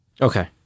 Okay